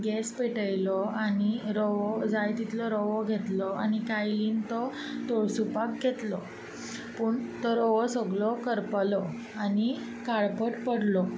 gas पेटयलो आनी रवो जाय तितलो रवो घेतलो आनी कायलींत तो तळसुपाक घेतलो पूण तो रवो सगलो करपलो आनी काळपट पडलो